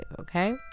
okay